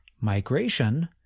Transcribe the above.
migration